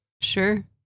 Sure